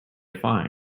find